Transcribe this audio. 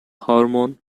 hormone